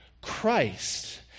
Christ